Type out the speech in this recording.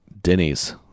Denny's